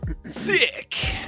Sick